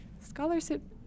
scholarship